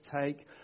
take